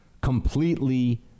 completely